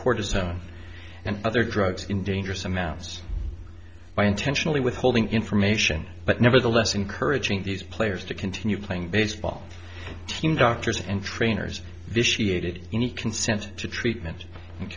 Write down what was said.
cortisone and other drugs in dangerous amounts by intentionally withholding information but nevertheless encouraging these players to continue playing baseball team doctors and trainers vitiated any consent to treatment